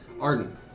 Arden